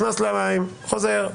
נכנס למים וחוזר.